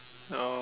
ya